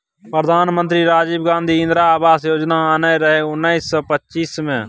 प्रधानमंत्री राजीव गांधी इंदिरा आबास योजना आनने रहय उन्नैस सय पचासी मे